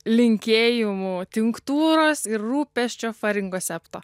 linkėjimų tinktūros ir rūpesčio faringosepto